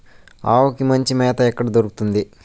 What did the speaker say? ఆవులకి మంచి మేత ఎక్కడ దొరుకుతుంది?